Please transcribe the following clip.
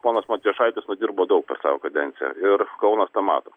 ponas matijošaitis nudirbo daug per savo kadenciją ir kaunas tą mato